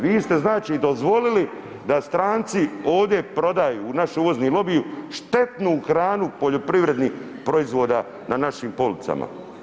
Vi ste znači dozvolili da stranci ovdje prodaju naši uvozni lobiji štetnu hranu poljoprivrednih proizvoda na našim policama.